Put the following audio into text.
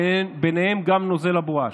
בניהם נוזל הבואש.